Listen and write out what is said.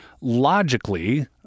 logically